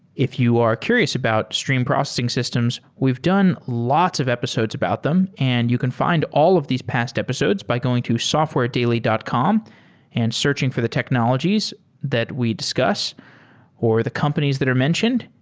if you are curious about stream processing systems, we've done lots of episodes about them and you can find all of these past episodes by going to softwaredaily dot com and searching for the technologies that we discuss or the companies that are mentioned,